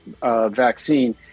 vaccine